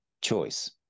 choice